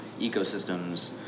ecosystems